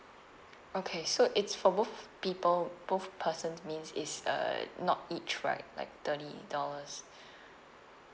okay so it's for both people both persons means it's uh not each right like thirty dollars